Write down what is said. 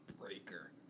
Breaker